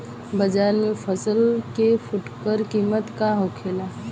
बाजार में फसल के फुटकर कीमत का होखेला?